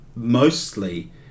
mostly